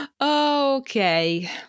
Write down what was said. Okay